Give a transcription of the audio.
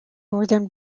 north